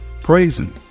Praising